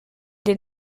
did